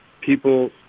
people